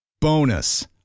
Bonus